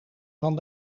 van